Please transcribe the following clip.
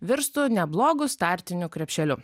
virstų neblogu startinių krepšeliu